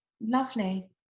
lovely